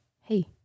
hey